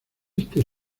este